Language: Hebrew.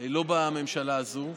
בממשלה הזאת.